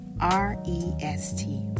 R-E-S-T